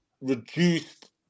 reduced